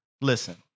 listen